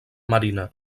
marina